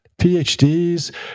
PhDs